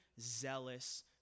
zealous